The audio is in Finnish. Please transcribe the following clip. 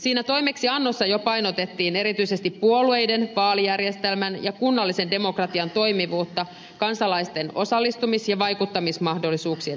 siinä toimeksiannossa jo painotettiin erityisesti puolueiden vaalijärjestelmän ja kunnallisen demokratian toimivuutta kansalaisten osallistumis ja vaikuttamismahdollisuuksien näkökulmasta